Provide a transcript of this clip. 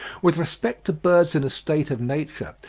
with respect to birds in a state of nature,